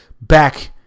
back